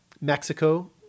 Mexico